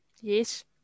Yes